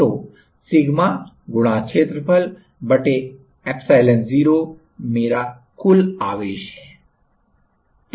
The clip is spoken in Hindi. तो सिग्मा क्षेत्रफल एप्सिलॉन0 मेरा कुल आवेश है